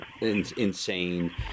insane